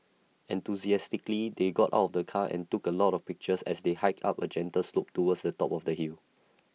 enthusiastically they got out of the car and took A lot of pictures as they hiked up A gentle slope towards the top of the hill